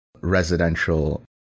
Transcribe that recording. residential